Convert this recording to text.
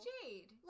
Jade